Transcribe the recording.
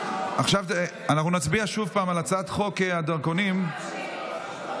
אנחנו נצביע על הצעת חוק הדרכונים (תיקון,